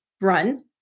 run